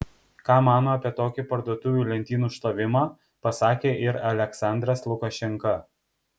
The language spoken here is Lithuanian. ką mano apie tokį parduotuvių lentynų šlavimą pasakė ir aliaksandras lukašenka